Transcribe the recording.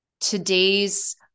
today's